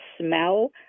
smell